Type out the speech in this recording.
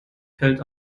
fällt